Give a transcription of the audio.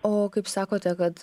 o kaip sakote kad